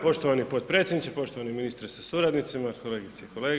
Poštovani potpredsjedniče, poštovani ministre sa suradnicima, kolegice i kolege.